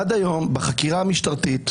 משרד המשפטים,